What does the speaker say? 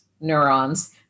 neurons